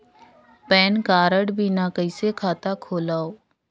Pan card बिना कइसे खाता खोलव?